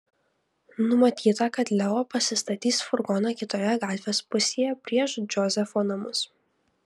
numatyta kad leo pasistatys furgoną kitoje gatvės pusėje prieš džozefo namus